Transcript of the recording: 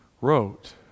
wrote